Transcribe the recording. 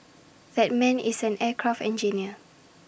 that man is an aircraft engineer